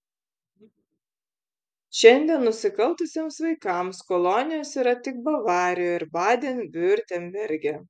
šiandien nusikaltusiems vaikams kolonijos yra tik bavarijoje ir baden viurtemberge